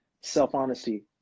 self-honesty